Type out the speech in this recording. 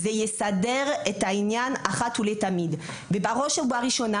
זה יסדר את העניין הזה אחת ולתמיד ובראש ובראשונה,